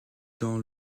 dans